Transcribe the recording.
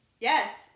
Yes